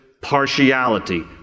partiality